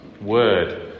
Word